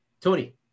Tony